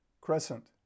Crescent